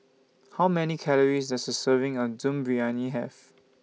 How Many Calories Does A Serving of Dum Briyani Have